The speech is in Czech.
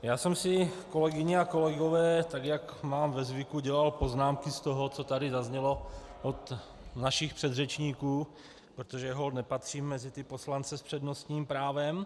Já jsem si, kolegyně a kolegové, tak jak mám ve zvyku, dělal poznámky z toho, co tady zaznělo od našich předřečníků, protože holt nepatřím mezi poslance s přednostním právem.